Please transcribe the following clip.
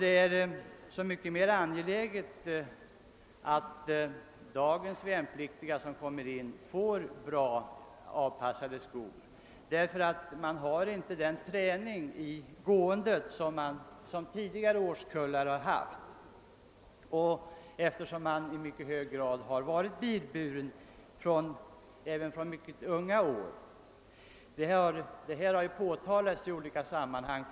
Det är så mycket mer angeläget att de värnpliktiga som i dag rycker in får väl avpassade skor med hänsyn till ati de inte har den träning i att gå som tidigare årskullar haft, Dagens soldater har i mycket hög. grad varit bilburna redan från mycket unga år, vilket också påpekats från militär-. läkarhåll i olika sammanhang.